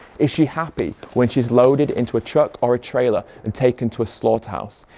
is she happy when she's loaded into a truck or a trailer and taken to a slaughterhouse?